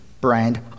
Brand